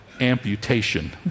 amputation